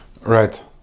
Right